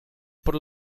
por